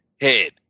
head